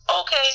Okay